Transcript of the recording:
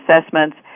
Assessments